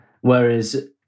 Whereas